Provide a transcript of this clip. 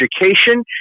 education